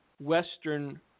Western